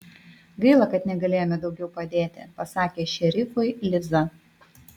gaila kad negalėjome daugiau padėti pasakė šerifui liza